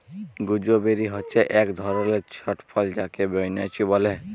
gooseberry হচ্যে এক ধরলের ছট ফল যাকে বৈনচি ব্যলে